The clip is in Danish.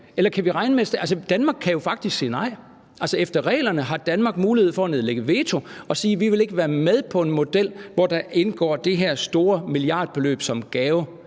Danmark kan jo faktisk sige nej. Efter reglerne har Danmark mulighed for at nedlægge veto og sige, at vi ikke vil være med til en model, hvor der indgår det her store milliardbeløb som gave.